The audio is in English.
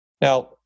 Now